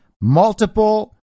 multiple